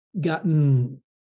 Gotten